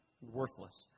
worthless